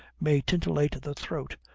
may titillate the throat,